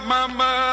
Mama